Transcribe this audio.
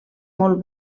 molt